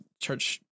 church